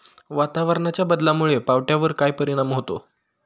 वातावरणाच्या बदलामुळे पावट्यावर काय परिणाम होतो?